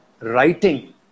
writing